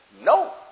No